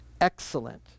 excellent